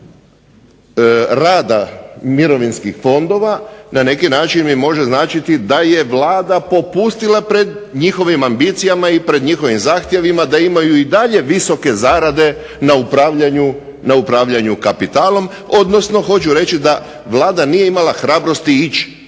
rada mirovinskih fondova na neki način mi možemo značiti da je Vlada popustila pred njihovim ambicijama i pred njihovim zahtjevima da imaju i dalje i visoke zarade na upravljanju kapitalom, odnosno hoću reći da Vlada nije imala hrabrosti ići